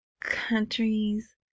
countries